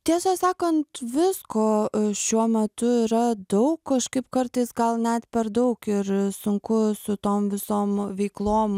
tiesą sakant visko šiuo metu yra daug kažkaip kartais gal net per daug ir sunku su tom visom veiklom